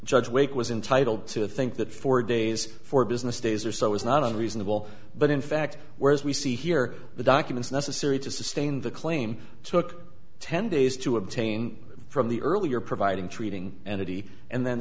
judge wake was entitle to think that four days for business days or so is not unreasonable but in fact whereas we see here the documents necessary to sustain the claim took ten days to obtain from the earlier providing treating and eddie and then